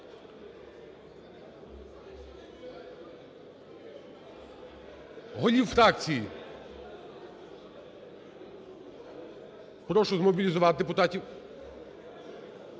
Голів фракцій прошу змобілізувати депутатів.